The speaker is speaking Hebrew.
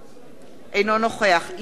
אינו נוכח לימור לבנת,